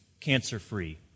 cancer-free